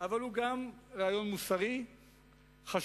אבל הוא גם רעיון מוסרי חשוב,